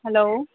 hello